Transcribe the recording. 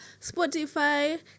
Spotify